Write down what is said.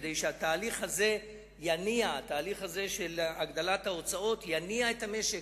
כדי שהתהליך הזה של הגדלת ההוצאות יניע את המשק